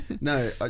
no